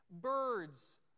Birds